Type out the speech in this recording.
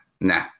nah